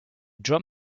drum